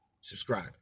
subscribe